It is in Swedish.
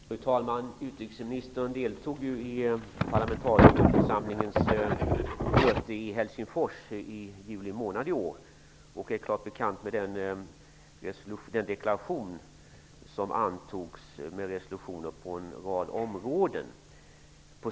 Fru talman! Utrikesministern deltog i parlamentarikerförsamlingens möte i Helsingfors i juli månad i år och är bekant med den deklaration som antogs med resolutioner på en rad områden.